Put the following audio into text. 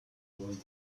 told